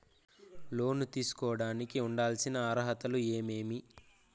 లోను తీసుకోడానికి ఉండాల్సిన అర్హతలు ఏమేమి?